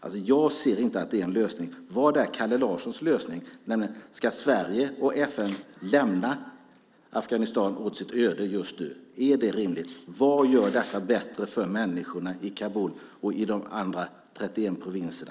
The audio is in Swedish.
Jag ser inte att det är en lösning. Vad är Kalle Larssons lösning? Ska Sverige och FN lämna Afghanistan åt sitt öde just nu? Är det rimligt? Vad gör detta bättre för människorna i Kabul och i de andra 31 provinserna?